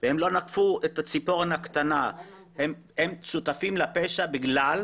רק רציתי להזמין את נציג המשטרה, השוטר הנכבד,